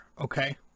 okay